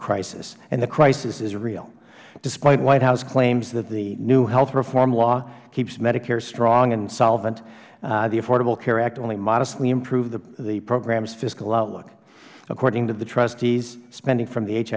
crisis and the crisis is real despite white house claims that the new health reform law keeps medicare strong and solvent the affordable care act only modestly improved the program's fiscal outlook according to the trustees spending from the h